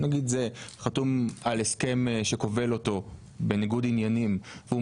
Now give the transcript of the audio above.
נגיד זה חתום על הסכם שכובל אותו בניגוד עניינים והוא